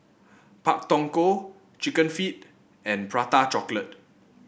Pak Thong Ko chicken feet and Prata Chocolate